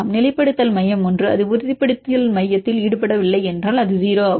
நிலைப்படுத்தல் மையம் 1 அது உறுதிப்படுத்தல் மையத்தில் ஈடுபடவில்லை என்றால் அது 0 ஆகும்